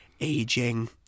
aging